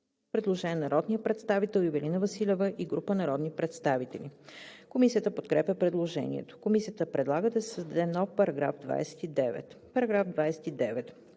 Предложение на народния представител Ивелина Василева и група народни представители. Комисията подкрепя предложението. Комисията предлага да се създаде нов § 29: „§ 29.